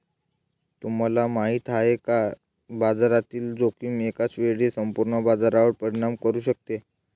तुम्हाला माहिती आहे का की बाजारातील जोखीम एकाच वेळी संपूर्ण बाजारावर परिणाम करू शकते?